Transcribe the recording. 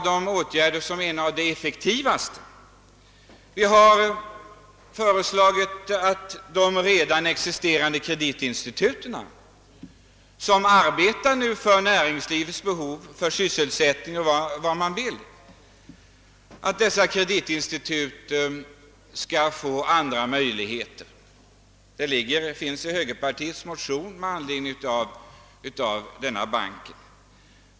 Vi har som en av de effektivaste åtgärderna föreslagit att de redan existerande kreditinstituten, som nu arbetar för näringslivets behov, för sysselsättning etc., skall få andra möjligheter. Detta föreslås i högerpartiets motion med anledning av planerna på denna bank.